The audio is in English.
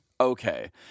Okay